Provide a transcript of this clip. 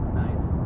nice.